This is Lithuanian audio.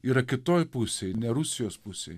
yra kitoj pusėj ne rusijos pusėj